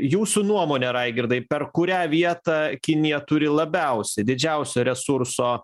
jūsų nuomone raigirdai per kurią vietą kinija turi labiausiai didžiausią resurso